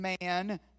man